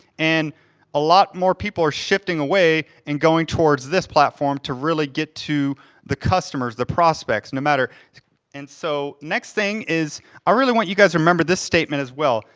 and a lot more people are shifting away and going towards this platform to really get to the customers, the prospects, no matter and so, next thing, is, i really want you guys to remember this statement as well.